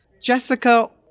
Jessica